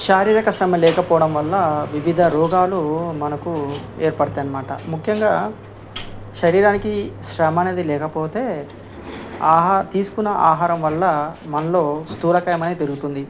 శారీరక శ్రమ లేకపోవడం వల్ల వివిధ రోగాలు మనకు ఏర్పడతాయి అన్నమాట ముఖ్యంగా శరీరానికి శ్రమ అనేది లేకపోతే ఆహ తీసుకున్న ఆహారం వల్ల మనలో స్థూలకాయం అనేది పెరుగుతుంది